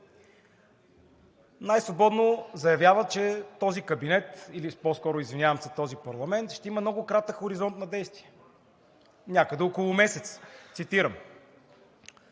най-свободно заявява, че този кабинет – или по-скоро, извинявам се, този парламент – ще има много кратък хоризонт на действие: „Някъде около месец.“ Цитирам.